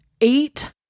eight